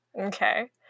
Okay